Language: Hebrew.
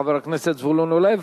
חבר הכנסת זבולון אורלב.